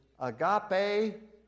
Agape